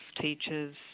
teachers